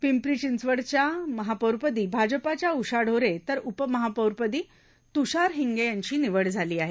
पिंपरी चिंचवडच्या महापौरपद आजपाच्या उषा ढोरे तर उपमहापौरपद तुषार हिंगे यांच निवड झाल आहे